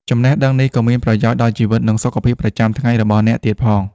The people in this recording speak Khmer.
ចំណេះដឹងនេះក៏មានប្រយោជន៍ដល់ជីវិត និងសុខភាពប្រចាំថ្ងៃរបស់អ្នកទៀតផង។